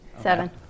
Seven